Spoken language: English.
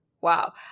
Wow